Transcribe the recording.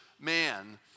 man